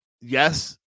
yes